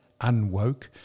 unwoke